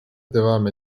devam